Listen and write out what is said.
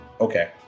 okay